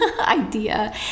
idea